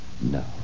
No